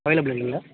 available இல்லைங்களா